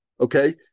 Okay